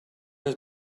his